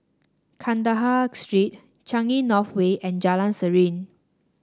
Kandahar Street Changi North Way and Jalan Serene